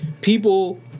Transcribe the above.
people